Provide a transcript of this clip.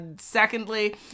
secondly